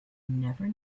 never